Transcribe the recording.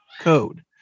code